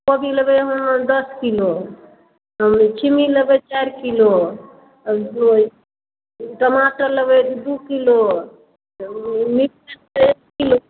कोबी लेबै हम दस किलो छिम्मी लेबै चारि किलो अऽ बऽ टमाटर लेबै दुइ किलो मिरचाइ लेबै एक किलो